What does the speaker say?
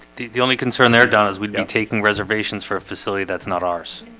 the the only concern there does we've been taking reservations for a facility. that's not ours